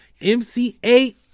MC8